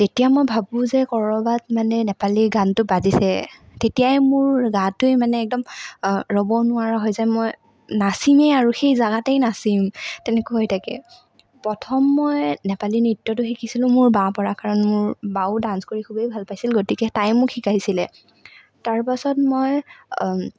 যেতিয়া মই ভাৱোঁ যে ক'ৰবাত মানে নেপালী গানটো বাজিছে তেতিয়াই মোৰ গাটোৱেই মানে একদম ৰ'ব নোৱাৰা হৈ যায় মই নাচিমেই আৰু সেই জেগাতেই নাচিম তেনেকৈ হৈ থাকে প্ৰথম মই নেপালী নৃত্য়টো শিকিছিলোঁ মোৰ বাৰ পৰা কাৰণ মোৰ বাও ডান্স কৰি খুবেই ভাল পাইছিল গতিকে তাই মোক শিকাইছিলে তাৰ পাছত মই